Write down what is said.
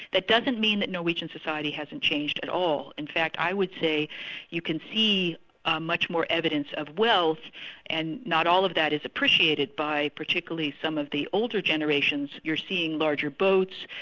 that doesn't mean that norwegian society hasn't changed at all. in fact i would say you can see ah much more evidence of wealth and not all of that is appreciated by particularly some of the older generation. you're seeing larger boats,